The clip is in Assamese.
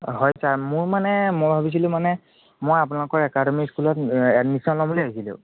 হয় ছাৰ মোৰ মানে মই ভাবিছিলোঁ মানে মই আপোনালোকৰ একাডেমী স্কুলত এডমিশ্যন ল'ম বুলি ভাবিছিলোঁ